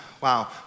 wow